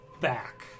back